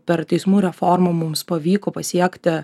per teismų reformų mums pavyko pasiekti